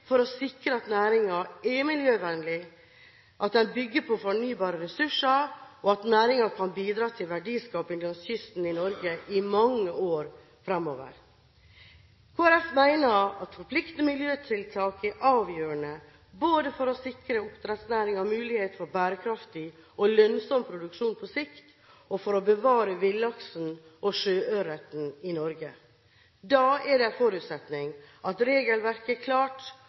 for å sikre at næringen er miljøvennlig, at den bygger på fornybare ressurser, og at den kan bidra til verdiskaping langs kysten i Norge i mange år fremover. Kristelig Folkeparti mener at forpliktende miljøtiltak er avgjørende både for å sikre oppdrettsnæringen muligheter for bærekraftig og lønnsom produksjon på sikt og for å bevare villaksen og sjøørreten i Norge. Da er det en forutsetning at regelverket er klart,